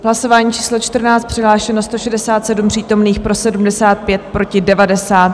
Hlasování číslo 14, přihlášeno 167 přítomných, pro 75, proti 90.